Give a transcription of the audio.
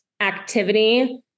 activity